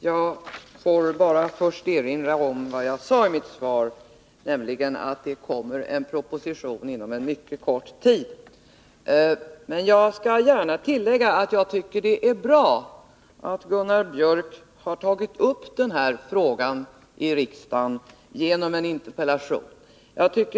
Fru talman! Jag vill först bara erinra om vad jag sade i mitt svar, nämligen att en proposition kommer att läggas fram inom en mycket kort tid. Sedan skall jag gärna tillägga att jag tycker det är bra att Gunnar Biörck i Värmdö har tagit upp den här frågan i riksdagen genom en interpellation.